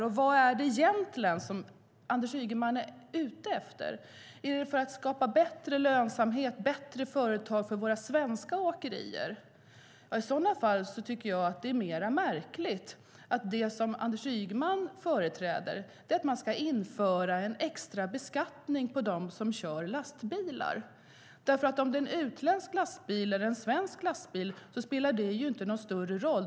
Och vad är det egentligen som Anders Ygeman är ute efter? Är det att skapa bättre lönsamhet och bättre företag för våra svenska åkerier? I sådana fall tycker jag att det är mer märkligt att det som Anders Ygeman företräder är att man ska införa en extra beskattning på dem som kör lastbilar. Om det är en utländsk lastbil eller en svensk lastbil spelar ju inte någon större roll.